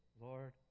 Lord